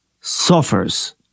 suffers